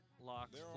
Locks